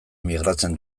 migratzen